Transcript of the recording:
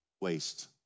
waste